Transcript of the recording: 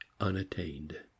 unattained